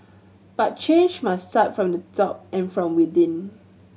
but change must start from the top and from within